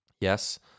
yes